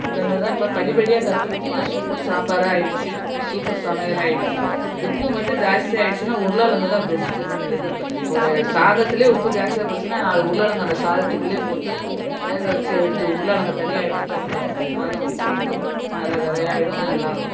இந்த மாரி தான் இப்ப படிப்படியா கத்துக்கிட்டு இப்ப சூப்பர் சாம்பாரா ஆயிடுச்சி பு சூப்பர் சமையல் ஆயிடுச்சு உப்பு மட்டும் ஜாஸ்தி ஆயிடுச்சினால் உருளைக்கிழங்கு தான் பெஸ்ட்டு எதுவும் ஒரு சாதத்திலே உப்பு ஜாஸ்தியாக போயிடுச்சினால் நாலு உருளக்கிழங்கை அந்த சாதத்துக்குள்ளேயே போட்டு வேக வச்சி எடுத்து உருளக்கிழங்க தனியா எடுத்துட்டோம்னால் சாதம் உப்பு வந்து நல்லா விதையாயிடும் நல்லாவும் இருக்கும்